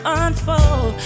unfold